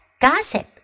gossip